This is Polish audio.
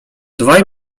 dwaj